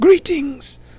Greetings